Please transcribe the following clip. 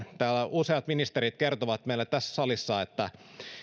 useat ministerit kertoivat meille tässä salissa että